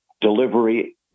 delivery